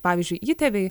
pavyzdžiui įtėviai